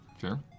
Sure